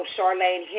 Charlene